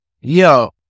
yo